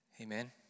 Amen